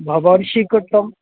भवान् स्वीकर्तुम्